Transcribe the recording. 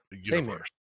universe